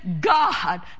God